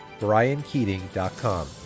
briankeating.com